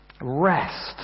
Rest